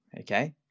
okay